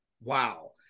wow